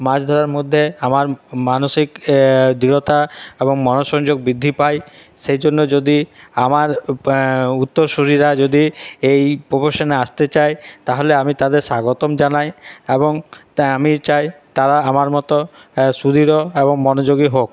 মাছ ধরার মধ্যে আমার মানসিক দৃঢ়তা এবং মনোসংযোগ বৃদ্ধি পায় সেই জন্য যদি আমার উত্তরসূরীরা যদি এই প্রফেশনে আসতে চায় তাহলে আমি তাদের স্বাগতম জানাই এবং তা আমি চাই তারা আমার মতো সুদৃঢ় এবং মনোযোগী হোক